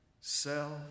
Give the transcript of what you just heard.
self